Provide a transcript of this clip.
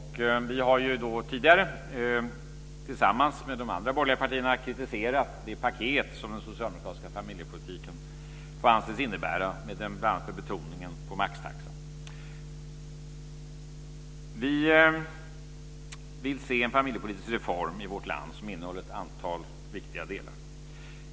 Vi har tidigare, tillsammans med de andra borgerliga partierna, kritiserat det paket som den socialdemokratiska familjepolitiken får anses innebära, med bl.a. Vi vill se en familjepolitisk reform i vårt land som innehåller ett antal viktiga delar.